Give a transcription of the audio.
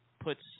puts